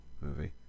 movie